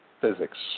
physics